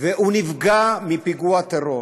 ונפגע מפיגוע טרור